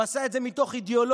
הוא עשה את זה מתוך אידיאולוגיה.